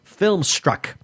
Filmstruck